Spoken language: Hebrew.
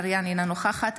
אינו נוכח גלית דיסטל אטבריאן,